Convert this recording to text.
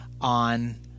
on